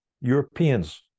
europeans